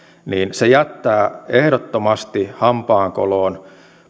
se jättää ehdottomasti hampaankoloon